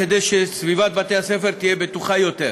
כדי שסביבת בתי-הספר תהיה בטוחה יותר.